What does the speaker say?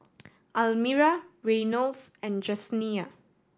Almira Reynolds and Jesenia